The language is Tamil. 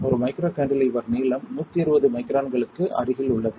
ஒரு மைக்ரோகாண்டிலீவர் நீளம் 120 மைக்ரான்களுக்கு அருகில் உள்ளது